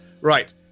right